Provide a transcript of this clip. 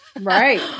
Right